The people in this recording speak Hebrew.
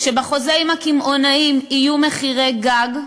שבחוזה עם הקמעונאים יהיו מחירי גג.